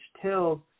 tells